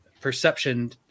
perception